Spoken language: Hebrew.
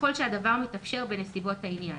ככל שהדבר מתאפשר בנסיבות העניין.